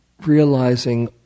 realizing